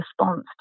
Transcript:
response